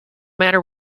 matter